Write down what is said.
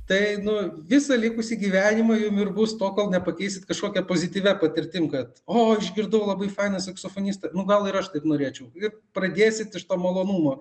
tai nu visą likusį gyvenimą jum ir bus tuo kol nepakeist kažkokia pozityvia patirtim kad o išgirdau labai faną saksofonistą nu gal ir aš taip norėčiau ir pradėsit iš to malonumo